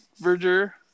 Verger